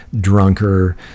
drunker